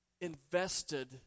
invested